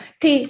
thì